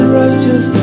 righteous